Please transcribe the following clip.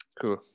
cool